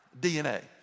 dna